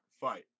fight